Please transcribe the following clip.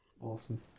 awesome